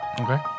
Okay